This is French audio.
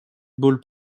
ball